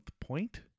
point